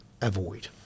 avoid